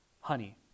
honey